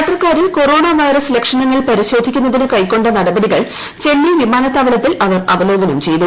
യാത്രക്കാരിൽ corona virus ലക്ഷണങ്ങൾ ് പരിശോധിക്കുന്നതിന് കൈക്കൊണ്ട നടപടികൾ ചെന്നൈ വിമ്ട്ന്നിത്താവളത്തിൽ അവർ അവലോകനം ചെയ്തു